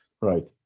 Right